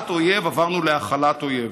מהכרעת אויב עברו להכלת אויב.